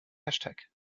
hashtag